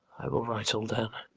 i will write all down